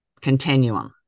continuum